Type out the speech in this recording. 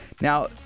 Now